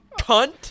cunt